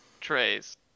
trays